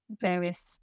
various